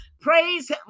Praise